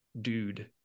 dude